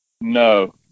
No